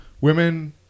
Women